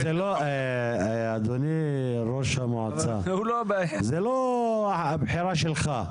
אדוני ראש המועצה, זו לא הבחירה שלך,